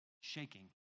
shaking